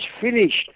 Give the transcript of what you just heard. finished